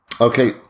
Okay